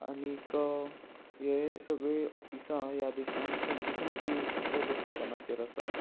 आनीक हे सगळीं ऑफिसां ह्या देशान खंयची खंयची लोकेशनाचेर आसा